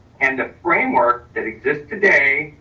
and the framework that exists today,